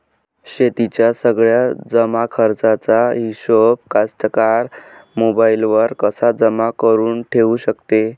शेतीच्या सगळ्या जमाखर्चाचा हिशोब कास्तकार मोबाईलवर कसा जमा करुन ठेऊ शकते?